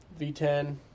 V10